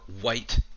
White